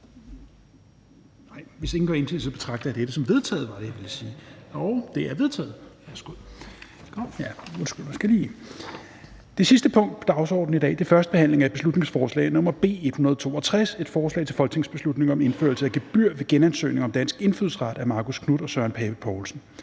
Det sidste punkt på dagsordenen er: 7) 1. behandling af beslutningsforslag nr. B 162: Forslag til folketingsbeslutning om indførelse af gebyr ved genansøgning om dansk indfødsret. Af Marcus Knuth (KF) og Søren Pape Poulsen